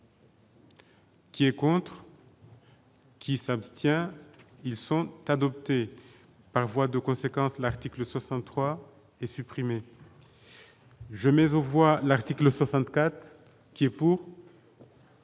qui est pour. Qui s'abstient ils sont adoptés par voie de conséquence, l'article 63 et supprimer je mais on voit l'article 64 qui est pour.